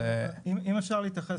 אם אפשר בבקשה להתייחס,